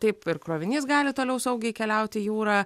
taip ir krovinys gali toliau saugiai keliauti jūra